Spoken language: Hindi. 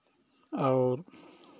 और